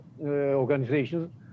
organizations